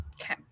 Okay